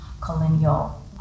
colonial